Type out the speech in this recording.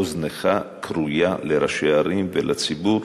אוזנך כרויה לראשי ערים ולציבור,